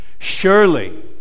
Surely